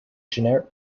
generic